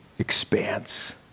expanse